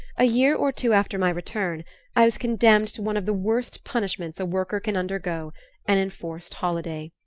a year or two after my return i was condemned to one of the worst punishments a worker can undergo an enforced holiday.